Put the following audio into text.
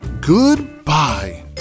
Goodbye